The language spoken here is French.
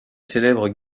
célèbres